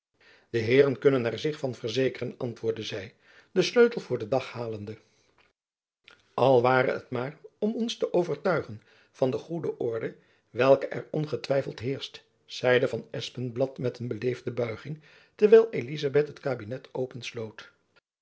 de heeren kunnen er zich van verzekeren antwoordde zy den sleutel voor den dag halende al ware het maar om ons te overtuigen van de goede orde welke er ongetwijfeld heerscht zeide van espenblad met een beleefde buiging terwijl elizabeth het kabinet opensloot